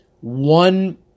one